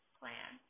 plan